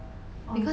oh